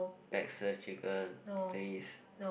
Texas chicken please